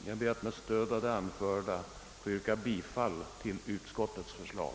Jag ber att med stöd av det anförda få yrka bifall till utskottets förslag.